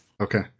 Okay